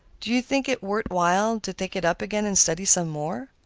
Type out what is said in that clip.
do you think it worth while to take it up again and study some more?